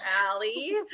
Allie